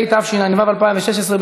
התשע"ו 2016,